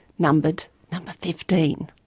number number fifteen.